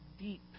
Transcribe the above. deep